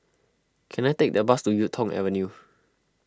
can I take a bus to Yuk Tong Avenue